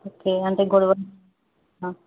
okay అంటే గొడవ